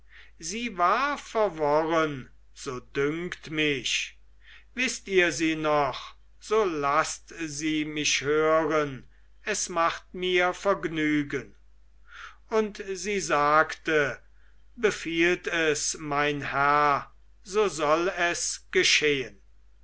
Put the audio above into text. sie war verworren so dünkt mich wißt ihr sie noch so laßt sie mich hören es macht mir vergnügen und sie sagte befiehlt es mein herr so soll es geschehen